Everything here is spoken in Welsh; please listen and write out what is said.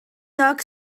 ddraenog